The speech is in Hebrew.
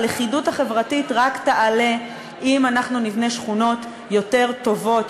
הלכידות החברתית רק תעלה אם אנחנו נבנה שכונות יותר טובות,